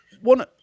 one